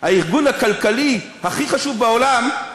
הארגון הכלכלי הכי חשוב בעולם,